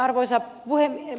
arvoisa puhemies